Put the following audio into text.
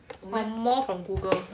more from google